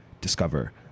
discover